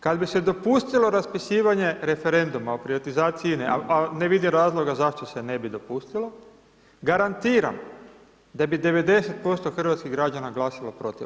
Kad bi se dopustilo raspisivanje Referenduma o privatizaciji INA-e, a ne vidim razloga zašto se ne bi dopustilo, garantiram da bi 90% hrvatskih građana glasalo protiv.